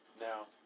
Now